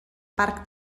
parc